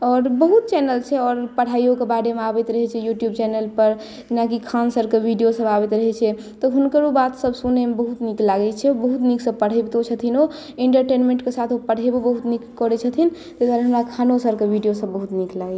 और बहुत चैनल छै और पढ़ाईयो के बारे मे आबैत रहै छै यूट्यूब चैनल पर जेना की खान सर के वीडियो सब आबैत रहै छै तऽ हुनकरो बात सब सुनै मे बहुत नीक लागैत रहैत छै बहुत नीक सॅं पढ़बितो छथिन ओ इंटरटेनमेंट के साथ पढ़बितो बहुत नीक करै छथिन तैॅं दुआरे हमरा खानों सर के वीडियो सब नीक लगैया